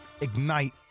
ignite